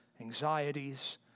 anxieties